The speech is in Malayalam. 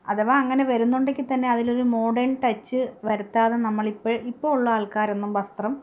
അഥവാ അങ്ങനെ വരുന്നുണ്ടെങ്കിൽ തന്നെ അതിലൊരു മോഡേൺ ടച്ച് വരുത്താതെ നമ്മളിപ്പം ഇപ്പോഴുള്ള ആൾക്കാരൊന്നും വസ്ത്രം